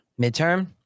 midterm